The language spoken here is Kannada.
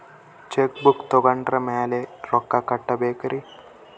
ಚೆಕ್ ಬುಕ್ ತೊಗೊಂಡ್ರ ಮ್ಯಾಲೆ ರೊಕ್ಕ ಕೊಡಬೇಕರಿ?